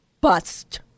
bust